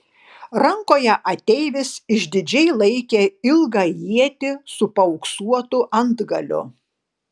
rankoje ateivis išdidžiai laikė ilgą ietį su paauksuotu antgaliu